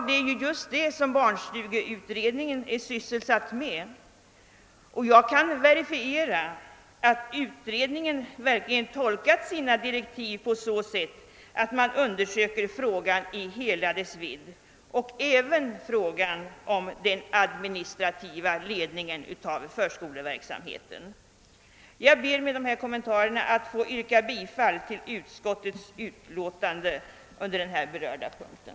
Det är ju just det som barnstugeutredningen är sysselsatt med, och jag kan verifiera att utredningen verkligen tolkat sina direktiv på så sätt att man undersöker ämnet i hela dess vidd och alltså även frågan om den administrativa ledningen av förskoleverksamheten. Herr talman! Jag vill med dessa ord yrka bifall till utskottets hemställan.